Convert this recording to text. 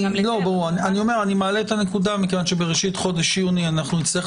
אני מעלה את הנקודה כי בראשית יוני נצטרך